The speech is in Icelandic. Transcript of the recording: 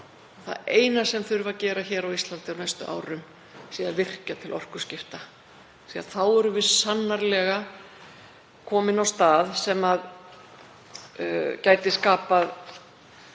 það eina sem þurfi að gera á Íslandi á næstu árum sé að virkja til orkuskipta, því að þá erum við sannarlega komin á stað sem gæti skapað